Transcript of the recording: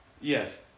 yes